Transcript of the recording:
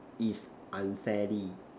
is unfairly